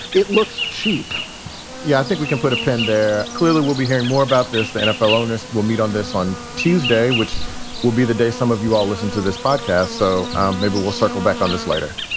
it looks cheap yeah, i think we can put a pen there. clearly, we'll be hearing more about this. nfl owners will meet on this on tuesday, which will be the day some of you all listen to this podcast. so maybe we'll circle back on this later